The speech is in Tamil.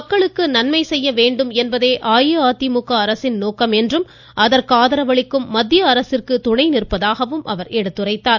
மக்களுக்கு நன்மை செய்ய வேண்டும் என்பதே அஇஅதிமுக அரசின் நோக்கம் என்றும் அதற்கு ஆதரவு அளிக்கும் மத்திய அரசிற்கு துணை நிற்பதாகவும் முதலமைச்சர் கூறினார்